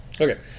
Okay